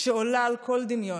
שעולה על כל דמיון.